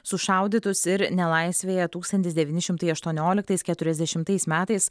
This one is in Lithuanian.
sušaudytus ir nelaisvėje tūkstantis devyni šimtai aštuonioliktais keturiasdešimtais metais